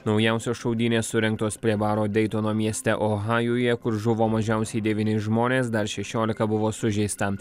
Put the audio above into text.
naujausios šaudynės surengtos prie baro deitono mieste ohajuje kur žuvo mažiausiai devyni žmonės dar šešiolika buvo sužeista